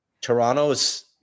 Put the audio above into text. Toronto's